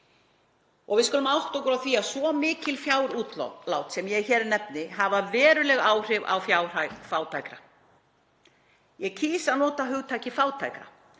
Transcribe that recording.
Við skulum átta okkur á því að svo mikil fjárútlát sem ég hér nefni hafa veruleg áhrif á fjárhag fátækra. Ég kýs að nota hugtakið fátæka.